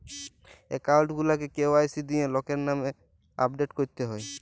account গুলাকে KYC দিঁয়ে লকের লামে আপডেট ক্যরতে হ্যয়